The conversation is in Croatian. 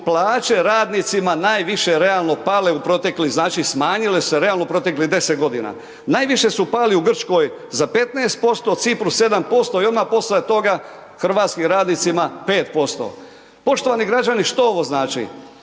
plaće radnicima najviše realno pale, znači smanjile se realno u proteklih 10 godina. Najviše su pali u Grčkoj za 15%, Cipru 7% i odmah poslije toga hrvatskim radnicima 5%. Poštovani građani što ovo znači?